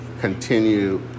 continue